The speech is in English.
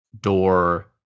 door